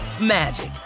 magic